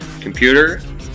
computer